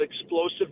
explosive